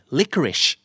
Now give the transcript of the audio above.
licorice